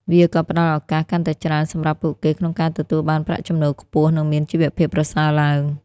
វាក៏ផ្តល់ឱកាសកាន់តែច្រើនសម្រាប់ពួកគេក្នុងការទទួលបានប្រាក់ចំណូលខ្ពស់និងមានជីវភាពប្រសើរឡើង។